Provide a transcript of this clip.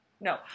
No